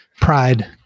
pride